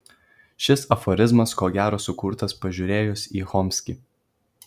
šis aforizmas ko gero sukurtas pažiūrėjus į chomskį